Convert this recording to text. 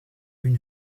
une